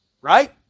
right